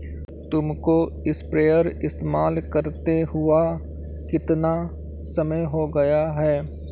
तुमको स्प्रेयर इस्तेमाल करते हुआ कितना समय हो गया है?